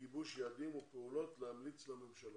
לגיבוש יעדים ופעולות להמליץ לממשלה.